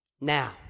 Now